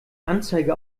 anzeige